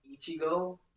Ichigo